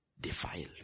defiled